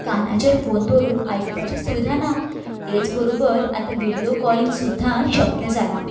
कानाचेर phone दवरून आयकूपाची सुविधा ना तेच बरोबर आतां व्हिडियो कॉलींग लेगीत शक्य जालां